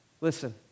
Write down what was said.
listen